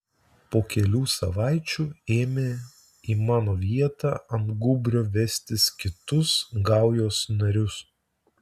po kelių savaičių ėmė į mano vietą ant gūbrio vestis kitus gaujos narius